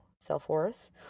self-worth